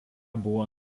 buvo